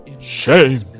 Shame